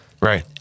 Right